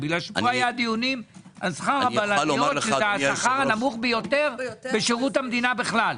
פה היו דיונים על שכר הבלניות שהוא הנמוך ביותר בשירות המדינה בכלל.